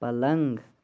پلنٛگ